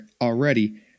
already